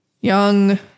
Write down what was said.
young